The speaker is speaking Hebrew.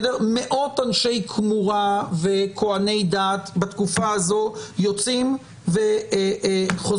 מאות אנשי כמורה וכוהני דת בתקופה הזאת יוצאים וחוזרים.